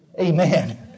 amen